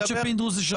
שתדע,